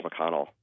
McConnell